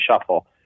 shuffle